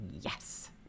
yes